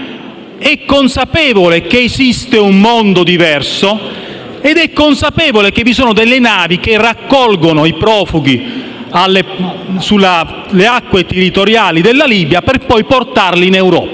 è consapevole che esiste un mondo diverso e altresì che delle navi raccolgono i profughi nelle acque territoriali della Libia per poi portarli in Europa,